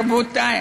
רבותי,